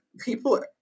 people